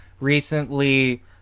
recently